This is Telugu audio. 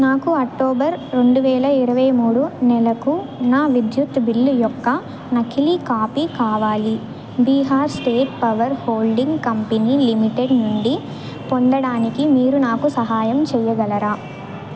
నాకు అక్టోబర్ రెండువేల ఇరవైమూడు నెలకు నా విద్యుత్ బిల్లు యొక్క నకిలీ కాఫీ కావాలి Bihar state power holding company limited నుండి పొందడానికి మీరు నాకు సహాయం చేయగలరా